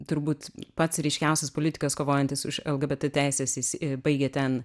turbūt pats ryškiausias politikas kovojantis už lgbt teises jis baigė ten